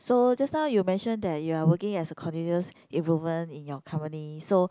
so just now you mention that you are working as a continuous improvement in your company so